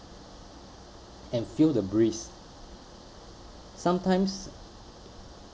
and feel the breeze sometimes